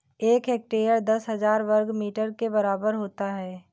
एक हेक्टेयर दस हजार वर्ग मीटर के बराबर होता है